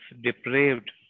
depraved